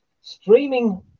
Streaming